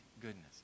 goodness